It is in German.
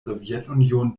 sowjetunion